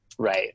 Right